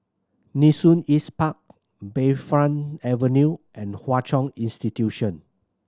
Nee Soon East Park Bayfront Avenue and Hwa Chong Institution